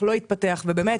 לא יתפתח, ובאמת